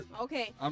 okay